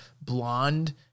Blonde